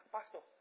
Pastor